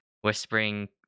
whispering